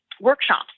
workshops